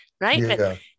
Right